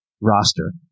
roster